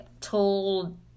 told